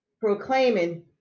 proclaiming